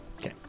Okay